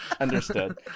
understood